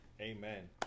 Amen